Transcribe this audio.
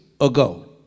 ago